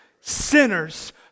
Sinners